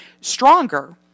stronger